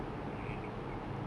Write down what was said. oh like hydroponic